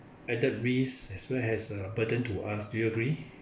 added risk as well as a burden to us do you agree